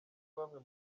bamwe